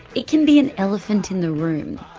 it can be an elephant in the room.